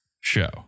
show